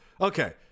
Okay